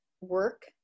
work